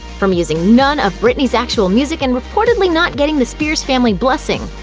from using none of britney's actual music and reportedly not getting the spears family blessing.